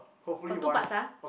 got two parts ah